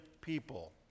people